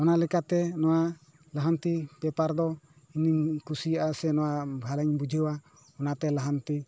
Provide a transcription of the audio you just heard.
ᱚᱱᱟ ᱞᱮᱠᱟᱛᱮ ᱱᱚᱣᱟ ᱞᱟᱦᱟᱱᱛᱤ ᱯᱮᱯᱟᱨ ᱫᱚ ᱤᱧ ᱫᱩᱧ ᱠᱩᱥᱤᱭᱟᱜᱼᱟ ᱥᱮ ᱱᱚᱣᱟ ᱵᱷᱟᱞᱮᱧ ᱵᱩᱡᱷᱟᱹᱣᱟ ᱚᱱᱟ ᱛᱮ ᱞᱟᱦᱟᱱᱛᱤ